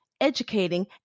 educating